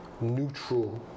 neutral